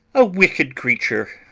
a wicked creature,